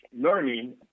learning